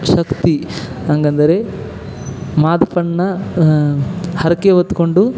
ಶಕ್ತಿ ಹಂಗಂದರೆ ಮಾದಪ್ಪನ್ನ ಹರಕೆ ಹೊತ್ಕೊಂಡು